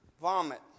vomit